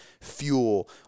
fuel